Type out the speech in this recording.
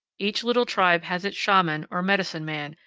each little tribe has its shaman, or medicine man,